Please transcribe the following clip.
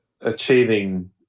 achieving